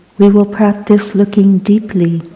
we will practice looking deeply